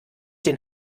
den